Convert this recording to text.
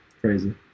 Crazy